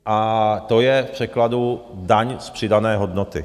A to je v překladu daň z přidané hodnoty.